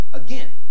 again